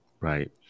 right